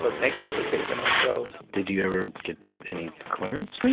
but thank you for taping our show did you ever get any clearance for